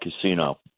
casino